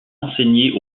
enseigner